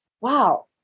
wow